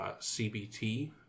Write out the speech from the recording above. CBT